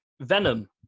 Venom